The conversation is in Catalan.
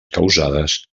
causades